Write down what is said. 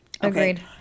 Agreed